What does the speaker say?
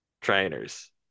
trainers